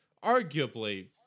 arguably